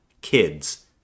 kids